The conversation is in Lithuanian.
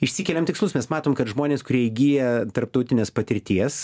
išsikėlėm tikslus mes matom kad žmonės kurie įgyja tarptautinės patirties